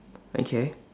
okay